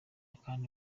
kandi